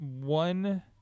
One